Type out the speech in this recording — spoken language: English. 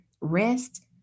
rest